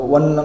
One